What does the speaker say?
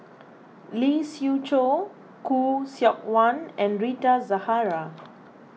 Lee Siew Choh Khoo Seok Wan and Rita Zahara